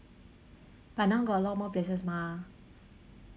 but now got a lot more places mah